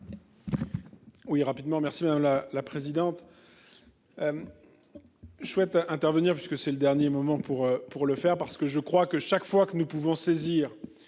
Oui, rapidement. Merci la la présidente. Je souhaite intervenir parce que c'est le dernier moment pour, pour le faire parce que je crois que chaque fois que nous pouvons saisir